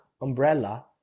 umbrella